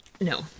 No